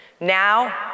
Now